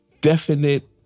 definite